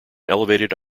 elevated